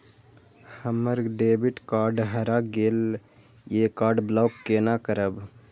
हमर debit card हरा गेल ये कार्ड ब्लॉक केना करब?